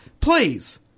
please